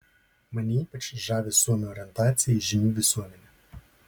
mane ypač žavi suomių orientacija į žinių visuomenę